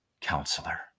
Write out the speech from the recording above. counselor